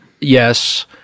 Yes